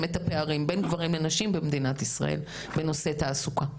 את הפערים בין גברים לנשים במדינת ישראל בנושא תעסוקה?